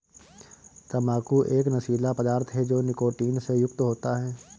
तंबाकू एक नशीला पदार्थ है जो निकोटीन से युक्त होता है